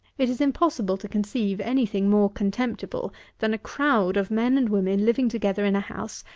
it is impossible to conceive any thing more contemptible than a crowd of men and women living together in a house,